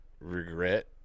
regret